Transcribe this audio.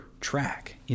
track